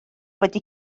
wedi